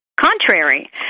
contrary